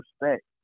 respect